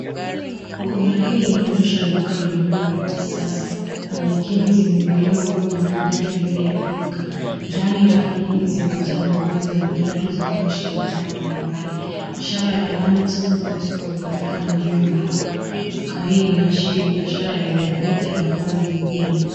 Kona hii inaonyesha duka la nguo la kisasa. cs[Manekini] zimevaliwa nguo maridadi mbele ya duka. Ndani rafu nyingi zimejaa mavazi na viatu zikionyesha bidhaa mbalimbali. Ishara ya cs[Manix clothing store]cs inaonekana juu ya mlango. Duka hili linaashiri biashara ya rejareja ya mavazi jijini.